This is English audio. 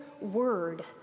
Word